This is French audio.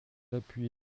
appuie